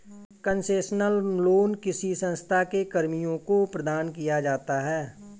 concessional loan किसी संस्था के कर्मियों को प्रदान किया जाता है